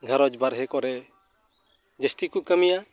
ᱜᱷᱟᱨᱚᱸᱡᱽ ᱵᱟᱨᱦᱮ ᱠᱚᱨᱮ ᱡᱟᱹᱥᱛᱤ ᱠᱚ ᱠᱟᱹᱢᱤᱭᱟ